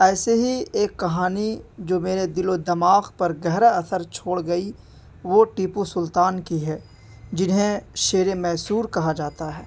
ایسے ہی ایک کہانی جو میرے دل و دماغ پر گہرا اثر چھوڑ گئی وہ ٹیپو سلطان کی ہے جنہیں شیر میسور کہا جاتا ہے